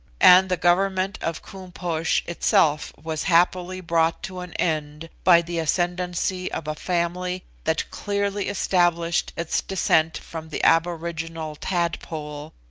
and the government of koom-posh itself was happily brought to an end by the ascendancy of a family that clearly established its descent from the aboriginal tadpole,